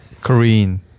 korean